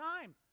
time